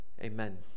Amen